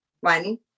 one